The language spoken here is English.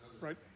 Right